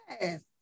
Yes